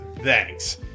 Thanks